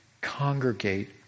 congregate